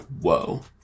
whoa